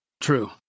True